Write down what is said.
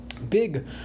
big